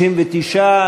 59,